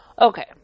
Okay